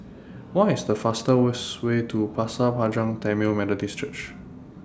What IS The fastest Way to Pasir Panjang Tamil Methodist Church